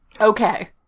okay